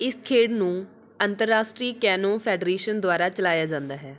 ਇਸ ਖੇਡ ਨੂੰ ਅੰਤਰਰਾਸ਼ਟਰੀ ਕੈਨੋ ਫੈਡਰੇਸ਼ਨ ਦੁਆਰਾ ਚਲਾਇਆ ਜਾਂਦਾ ਹੈ